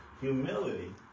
Humility